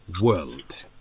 world